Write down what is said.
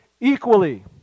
equally